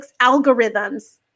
algorithms